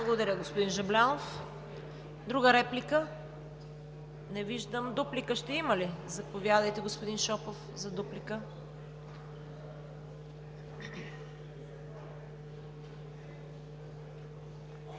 Благодаря, господин Жаблянов. Друга реплика? Не виждам. Заповядайте, господин Шопов, за дуплика.